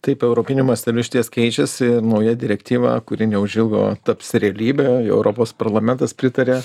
taip europiniu masteliu išties keičiasi nauja direktyva kuri neužilgo taps realybe jau europos parlamentas pritaria